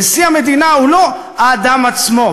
נשיא המדינה הוא לא האדם עצמו,